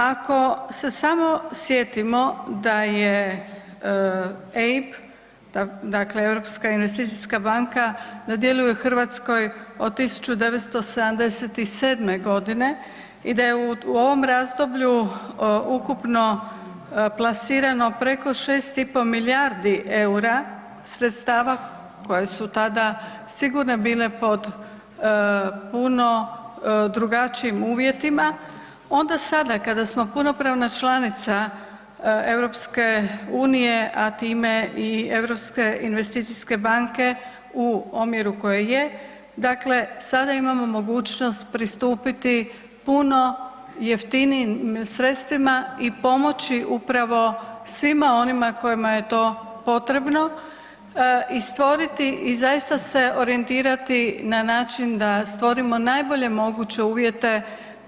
Ako se samo sjetimo da je EIB, dakle Europska investicijska banka, da djeluje u Hrvatskoj od 1977. g. i da je u ovom razdoblju ukupno plasirano preko 6,5 milijardi eura sredstava koja su tada sigurno bile pod puno drugačijim uvjetima, onda sada kada smo punopravna članica EU, a time i EIB-a u omjeru koji je, dakle, sada imamo mogućnost pristupiti puno jeftinijim sredstvima i pomoći upravo svima onima kojima je to potrebno i stvoriti i zaista se orijentirati na način da stvorimo najbolje moguće uvjete